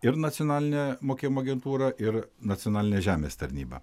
ir nacionalinę mokėjimo agentūrą ir nacionalinę žemės tarnybą